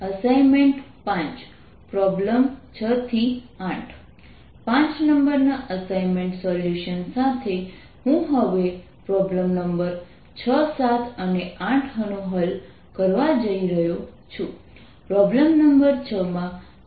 assignment 5 problem 1 5 અને આ સત્ર અને પછીનું એક આપણે અસાઇનમેન્ટ નંબર 5 અને અસાઇનમેન્ટ નંબર 6 સોલ્વ કરીશું